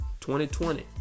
2020